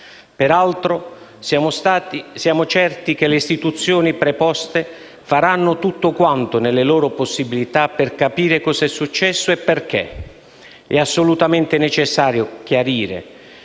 Peraltro, siamo certi che le istituzioni preposte faranno tutto quanto nelle loro possibilità per capire cosa è successo e perché. È assolutamente necessario chiarire